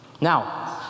Now